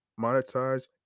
monetize